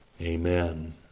Amen